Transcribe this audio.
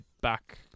back